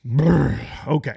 Okay